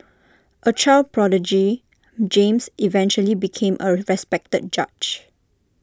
A child prodigy James eventually became A respected judge